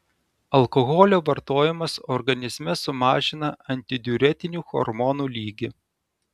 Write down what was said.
alkoholio vartojimas organizme sumažina antidiuretinių hormonų lygį